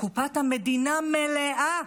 קופת המדינה מלאה.